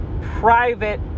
private